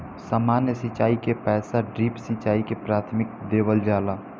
सामान्य सिंचाई के अपेक्षा ड्रिप सिंचाई के प्राथमिकता देवल जाला